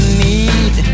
need